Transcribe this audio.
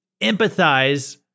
empathize